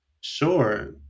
Sure